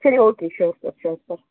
சரி okay sure sir sure sir